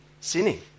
sinning